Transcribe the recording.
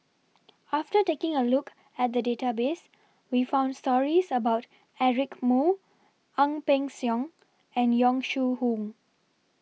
after taking A Look At The Database We found stories about Eric Moo Ang Peng Siong and Yong Shu Hoong